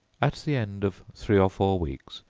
at the end of three or four weeks,